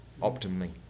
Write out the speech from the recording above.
optimally